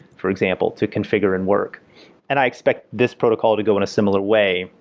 for example, to configure and work and i expect this protocol to go in a similar way.